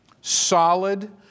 solid